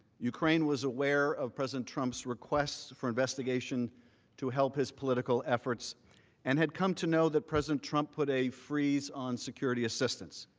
ukraine was aware of president trump's request for investigation to help his political efforts and had come to know president trump put a freeze on security assistance.